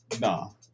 no